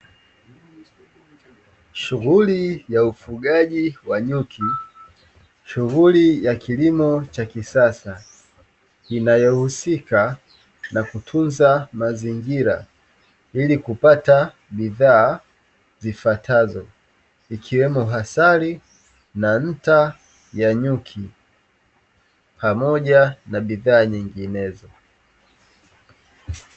Shughuli ya ufugaji wa nyuki, shughuli ya kilimo cha kisasa inayohusika na kutunza mazingira ili kupata bidhaa zifuatazo ikiwemo; asali na nta ya nyuki, pamoja na bidhaa nyinginezo.